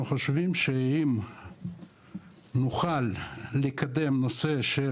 אנחנו חושבים שאם נוכל לקדם נושא של,